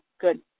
good